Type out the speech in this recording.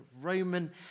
Roman